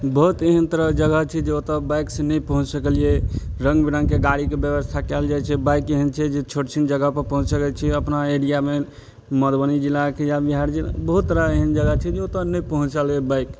बहुत एहन तरह जगह छै जे ओतऽ बाइकसँ नहि पहुँच सकलियै रङ्ग बिरङ्गके गाड़ीके व्यवस्था कयल जाइ छै बाइक एहन छै जे छोट छिन जगहपर पहुँच सकय छै अपना एरियामे मधुबनी जिलाके या बिहार बहुत तरह एहन जगह छै जे ओतऽ नहि पहुँचल अइ बाइक